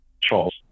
charles